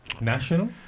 national